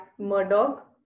Murdoch